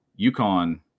UConn